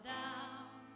down